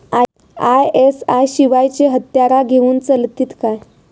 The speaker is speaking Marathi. आय.एस.आय शिवायची हत्यारा घेऊन चलतीत काय?